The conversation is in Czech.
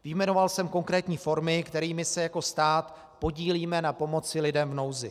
Vyjmenoval jsem konkrétní formy, kterými se jako stát podílíme na pomoci lidem v nouzi.